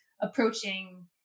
approaching